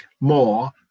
more